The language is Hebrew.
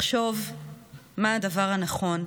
לחשוב מה הדבר הנכון,